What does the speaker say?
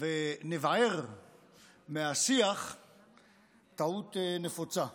ונבער מהשיח טעות נפוצה: